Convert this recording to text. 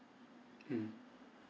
mm